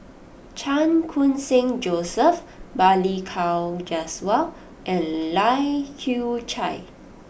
Chan Khun Sing Joseph Balli Kaur Jaswal and Lai Kew Chai